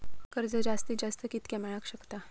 कर्ज जास्तीत जास्त कितक्या मेळाक शकता?